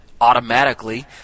automatically